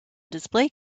display